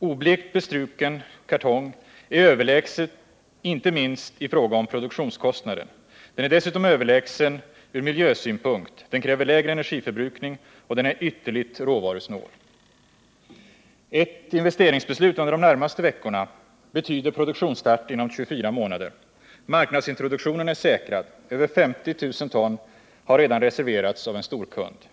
Oblekt bestruken kartong är överlägsen inte minst i fråga om produktionskostnaden. Den är dessutom överlägsen ur miljösynpunkt — den kräver lägre energiförbrukning, och den är ytterst råvarusnål. Ett investeringsbeslut under de närmaste veckorna betyder produktionsstart inom 24 månader. Marknadsintroduktionen är säkrad. Över 50 000 ton har redan reserverats av en storkund.